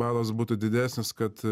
balas būtų didesnis kad